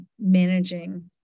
managing